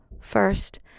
first